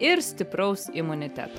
ir stipraus imuniteto